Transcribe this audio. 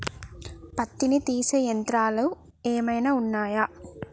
పత్తిని తీసే యంత్రాలు ఏమైనా ఉన్నయా?